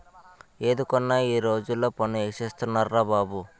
ఏది కొన్నా ఈ రోజుల్లో పన్ను ఏసేస్తున్నార్రా బాబు